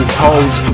hoes